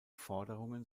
forderungen